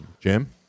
Jim